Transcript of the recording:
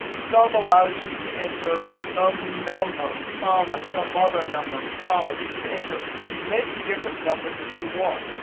sum allows you to enter some number comma, some other number comma. you could enter as many different numbers as you want,